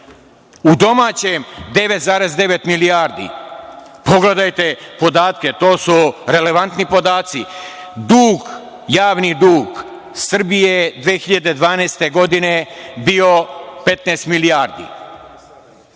u domaćem 9,9 milijardi. Pogledajte podatke, to su relevantni podaci. Dug, javni dug Srbije 2012. godine je bio 15 milijardi.